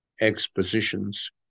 expositions